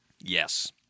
Yes